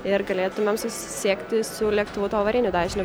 ir galėtumėm susisiekti su lėktuvu avariniu dažniu